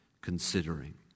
considering